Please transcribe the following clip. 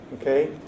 okay